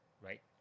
right